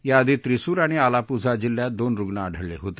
याआधी त्रिसूर आणि आलापुझा जिल्ह्यात दोन रुग्ण आढळले होते